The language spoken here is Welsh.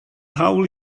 hawl